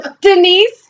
Denise